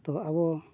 ᱛᱚ ᱟᱵᱚ